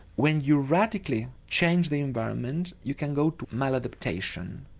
when you radically change the environment you can go to mal-adaptation.